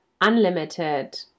unlimited